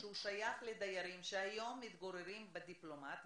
ששייך לדיירים שהיום מתגוררים בדיפלומט,